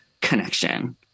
connection